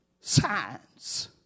Signs